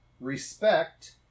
Respect